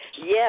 Yes